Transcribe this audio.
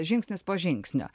žingsnis po žingsnio